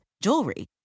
jewelry